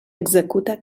executa